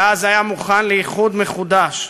ואז היה מוכן לאיחוד מחודש.